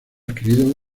adquiridos